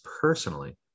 personally